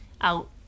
out